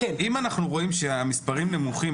אם אנחנו רואים שהמספרים נמוכים,